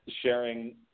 sharing